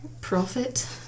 Profit